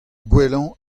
gwellañ